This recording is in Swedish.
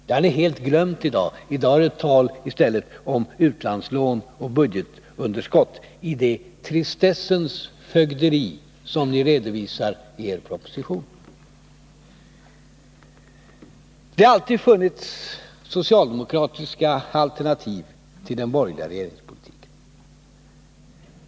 Det har ni helt glömt i dag — i dag är det i stället tal om utlandslån och budgetunderskott i det tristessens fögderi som ni redovisar i er proposition. Det har alltid funnits socialdemokratiska alternativ till den borgerliga regeringspolitiken.